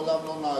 מעולם לא נהגתי.